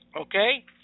okay